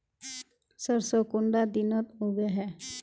सरसों कुंडा दिनोत उगैहे?